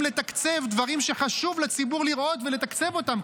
לתקצב דברים שחשוב לציבור לראות ולתקצב אותם,